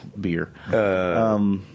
beer